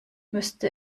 müsste